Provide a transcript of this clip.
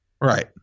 Right